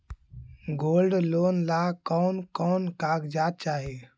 Gold loan ला कौन कौन कागजात चाही?